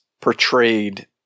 portrayed